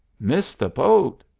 miss the boat!